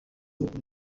mukuru